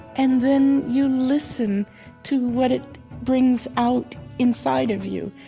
and then you listen to what it brings out inside of you.